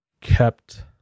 kept